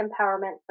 Empowerment